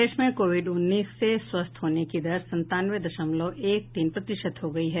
प्रदेश में कोविड उन्नीस से स्वस्थ होने की दर संतानवे दशमलव एक तीन प्रतिशत हो गई है